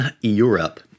Europe